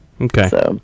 okay